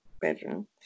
bedroom